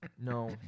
no